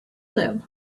live